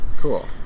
Cool